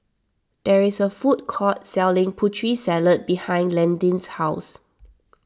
there is a food court selling Putri Salad behind Landin's house